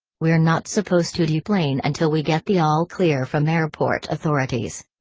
we're not supposed to deplane until we get the all clear from airport authorities.